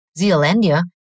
Zealandia